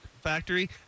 Factory